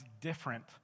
different